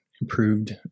improved